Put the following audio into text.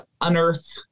unearth